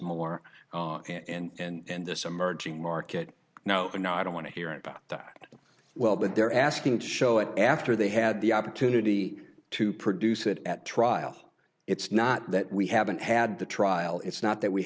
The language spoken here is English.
more and this emerging market no no i don't want to hear about that well but they're asking to show it after they had the opportunity to produce it at trial it's not that we haven't had the trial it's not that we